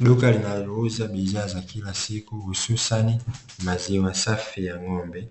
Duka linalouza bidhaa za kila siku, hususani maziwa safi ya ng'ombe